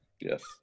Yes